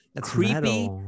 creepy